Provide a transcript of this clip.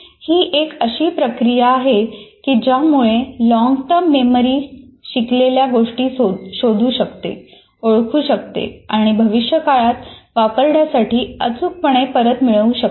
ही एक अशी प्रक्रिया आहे की ज्यामुळे लॉंग टर्म मेमरी शिकलेल्या गोष्टी शोधू शकते ओळखू शकते आणि भविष्यकाळात वापरण्यासाठी अचूकपणे परत मिळवू शकते